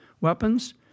weapons